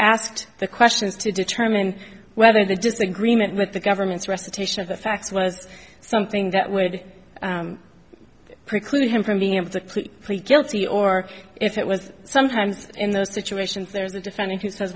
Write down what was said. asked the questions to determine whether the disagreement with the government's recitation of the facts was something that would preclude him from being of the plead guilty or if it was sometimes in those situations there's a defendant who says